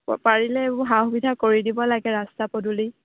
পাৰিলে এইবোৰ সা সুবিধা কৰি দিব লাগে ৰাস্তা পদূলি